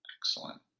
excellent